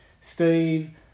Steve